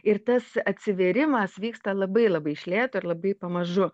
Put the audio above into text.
ir tas atsivėrimas vyksta labai labai iš lėto ir labai pamažu